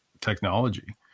technology